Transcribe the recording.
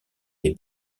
les